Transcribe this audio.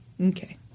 Okay